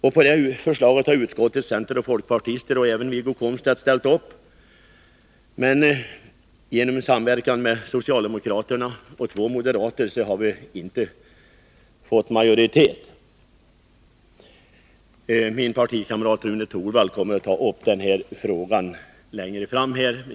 Centerpartisterna, folkpartisterna och Wiggo Komstedt har ställt upp på detta förslag. Men genom en samverkan mellan socialdemokraterna och två moderater har vi inte fått majoritet för vårt förslag. Min partikamrat Rune Torwald kommer senare att ta upp denna fråga.